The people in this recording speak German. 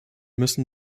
müssen